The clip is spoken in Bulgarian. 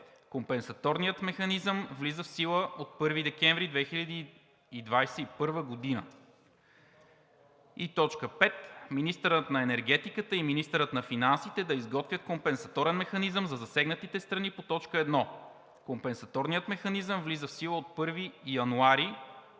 Компенсаторният механизъм влиза в сила от 1 декември 2021 г. 5. Министърът на енергетиката и министърът на финансите да изготвят компенсаторен механизъм за засегнатите страни по т. 1. Компенсаторният механизъм влиза в сила от 1 януари 2022